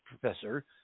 professor